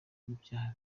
ibyaha